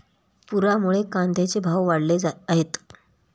पुरामुळे कांद्याचे भाव वाढले आहेत